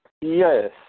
yes